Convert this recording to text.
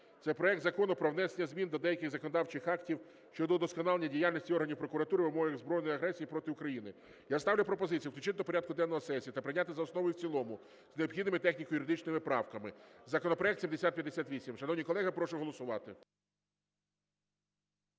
Це проект Закону про внесення змін до деяких законодавчих актів щодо удосконалення діяльності органів прокуратури в умовах збройної агресії проти України. Я ставлю пропозицію включити до порядку денного сесії та прийняти за основу і в цілому з необхідними техніко-юридичними правками законопроект 7058. Шановні колеги, прошу голосувати.